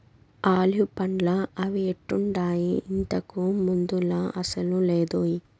olive పండ్లా అవి ఎట్టుండాయి, ఇంతకు ముందులా అసలు లేదోయ్